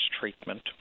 treatment